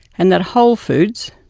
and that whole foods,